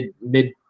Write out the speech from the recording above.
mid